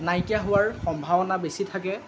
নাইকিয়া হোৱাৰ সম্ভাৱনা বেছি থাকে